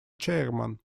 chairman